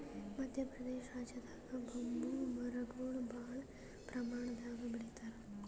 ಮದ್ಯ ಪ್ರದೇಶ್ ರಾಜ್ಯದಾಗ್ ಬಂಬೂ ಮರಗೊಳ್ ಭಾಳ್ ಪ್ರಮಾಣದಾಗ್ ಬೆಳಿತಾರ್